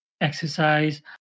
exercise